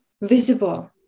visible